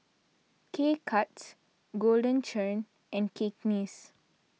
K Cuts Golden Churn and Cakenis